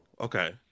Okay